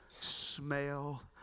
smell